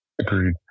Agreed